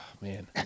man